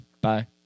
Bye